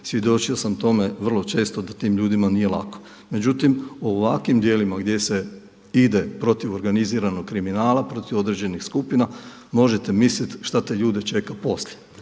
Svjedočio sam tome vrlo često da tim ljudima nije lako. Međutim u ovakvim djelima gdje se ide protiv organiziranog kriminala, protiv određenih skupina možete misliti šta te ljude čeka poslije.